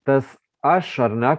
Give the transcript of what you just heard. tas aš ar ne